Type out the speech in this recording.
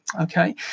Okay